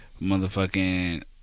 Motherfucking